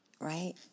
right